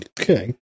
Okay